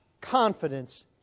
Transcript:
confidence